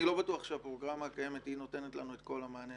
אני לא בטוח שהפרוגרמה הקיימת נותנת לנו את כל המענה.